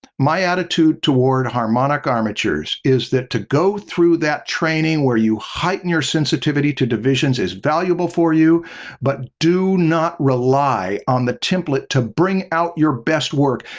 my attitude toward harmonic armatures is that to go through that training where you heighten your sensitivity to divisions is valuable for you but do not rely on the template to bring out your best work.